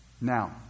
now